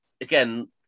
again